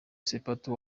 sepetu